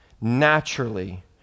naturally